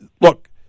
look